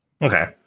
Okay